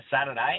Saturday